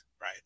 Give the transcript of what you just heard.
right